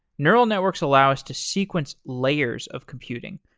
neural networks allow us to sequence layers of computing,